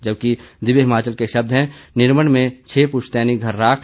जबकि दिव्य हिमाचल के शब्द हैं निरमंड में छह पुस्तैनी घर राख